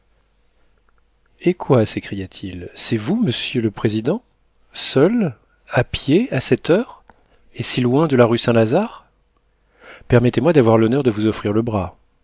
hé quoi s'écria-t-il c'est vous monsieur le président seul à pied à cette heure et si loin de la rue saint-lazare permettez-moi d'avoir l'honneur de vous offrir le bras